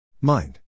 Mind